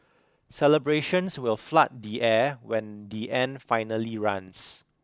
celebrations will flood the air when the end finally runs